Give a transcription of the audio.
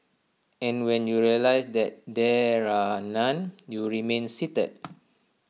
and when you realise that there are none you remain seated